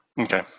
Okay